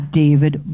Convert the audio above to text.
david